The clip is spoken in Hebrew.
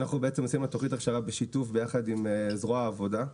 אנחנו בעצם עושים תכנית הכשרה בשיתוף ביחד עם זרוע העבודה,